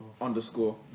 underscore